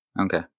Okay